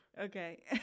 Okay